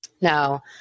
Now